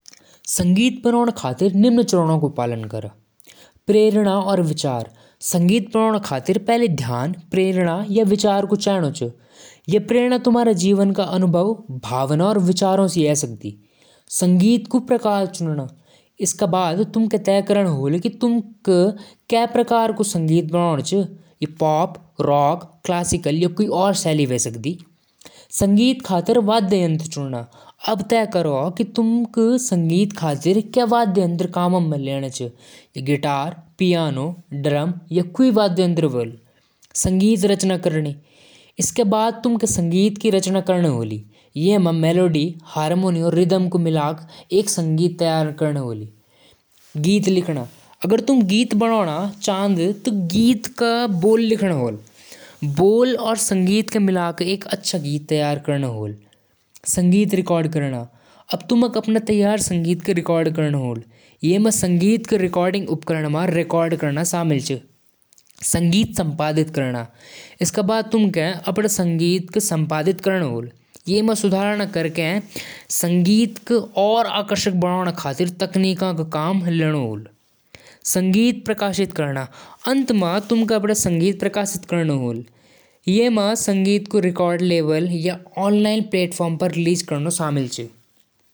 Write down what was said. मसूर की दाल पहले धोदी। फिर कुकर म पानी, हल्दी, नमक और मसूर क डालदु। तीन चार सीटी बाद दाल तैयार होलु। ऊपर तड़का लगाण क लिए घी म लहसुन, जीरा और मिर्च भूनदु। दाल म तड़का डालदु। दाल गरम-गरम परोसदु।